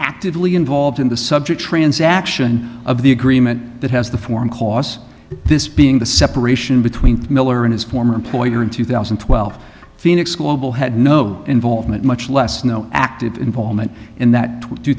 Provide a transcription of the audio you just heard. actively involved in the subject transaction of the agreement that has the form cause this being the separation between miller and his former employer in two thousand and twelve phoenix global had no involvement much less no active involvement in that tw